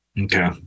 okay